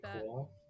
cool